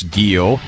deal